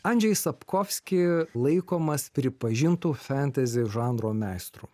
andžej sapkovski laikomas pripažintu fentezi žanro meistru